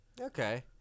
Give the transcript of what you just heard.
Okay